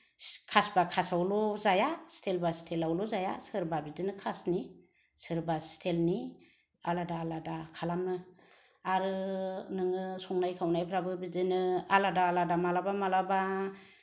खास बा खासावल' जाया स्टील बा स्टीलावल' जाया सोरबा बिदिनो खासनि सोरबा स्टील नि आलाद आलादा खालामो आरो नोङो संनाय खावनायफोरबा बिदिनो आलादा आलादा माब्लाबा मालाबा